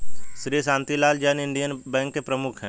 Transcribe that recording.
Shri Shantilal Jain Indian bank के प्रमुख है